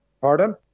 Pardon